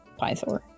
Pythor